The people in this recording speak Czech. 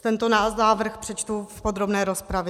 Tento návrh přečtu v podrobné rozpravě.